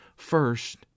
First